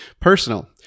personal